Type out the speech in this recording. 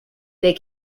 they